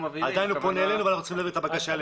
עדיין הוא פונה אלינו ואנחנו צריכים להעביר את הבקשה.